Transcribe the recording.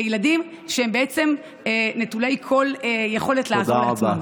לילדים שהם נטולי כל יכולת לעזור לעצמם?